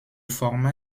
format